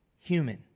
human